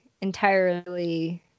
entirely